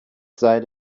sei